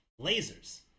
lasers